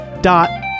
dot